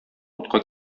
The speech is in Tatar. утка